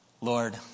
Lord